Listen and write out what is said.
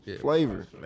flavor